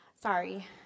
Sorry